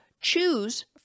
choose